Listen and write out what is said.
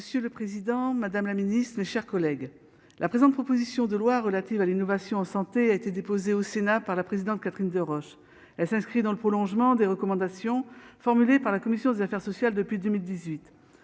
Monsieur le président, madame la ministre, chers collègues, la présente proposition de loi relative à l'innovation santé a été déposée au Sénat par la présidente Catherine Deroche la s'inscrit dans le prolongement des recommandations formulées par la commission des affaires sociales depuis 2018